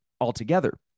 altogether